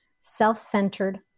self-centered